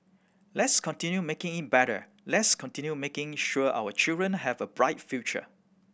let's continue making better let's continue making sure our children have a bright future